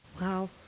Wow